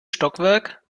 stockwerk